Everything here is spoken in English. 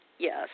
Yes